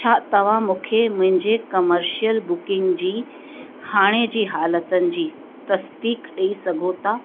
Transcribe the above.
छा तव्हां मूंखे मुंहिंजे कमर्शियल बुकिंग जी हाणे जी हालतुनि जी तस्दीक़ ॾई सघो था